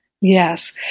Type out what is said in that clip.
Yes